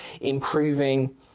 improving